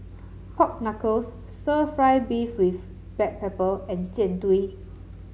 Pork Knuckle stir fry beef with Black Pepper and Jian Dui